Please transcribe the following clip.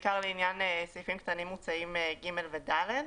בעיקר לעניין סעיפים קטנים מוצעים (ג) ו-(ד).